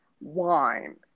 wine